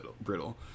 brittle